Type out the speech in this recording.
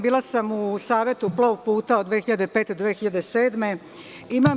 Bila sam u Savetu plov puta od 2005. do 2007. godine.